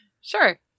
Sure